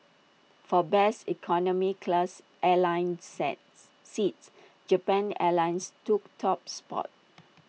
for best economy class airline set seats Japan airlines took top spot